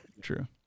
true